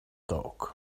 talk